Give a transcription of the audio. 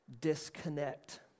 disconnect